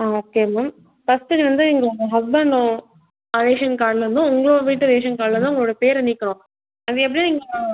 ஆ okay ma'am first இது வந்து நீங்கள் உங்கள் ஹஸ்பெண்டோட ரேஷன் கார்டுலேருந்தும் உங்களோட வீட்டு ரேஷன் கார்டில் தான் உங்களோட பேரை நீக்கணும் அது எப்படியும் நீங்கள்